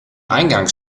eingangs